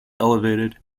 elevated